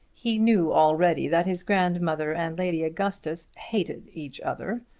he knew already that his grandmother and lady augustus hated each other,